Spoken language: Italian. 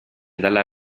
dalla